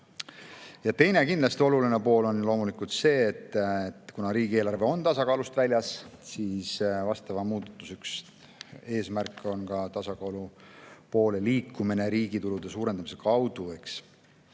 kindlasti oluline pool on loomulikult see, et kuna riigieelarve on tasakaalust väljas, siis vastava muudatuse üks eesmärke on ka tasakaalu poole liikumine riigi tulude suurendamise kaudu.